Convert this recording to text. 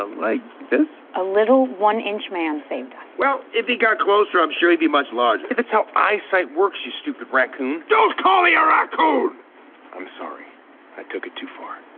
ah like this? a little. one inch man saved. well, if he got closer, i'm sure he'd be much larger. if it's how i sight works, you stupid raccoon. don't call me a raccoon i'm sorry i took it too far.